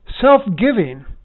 self-giving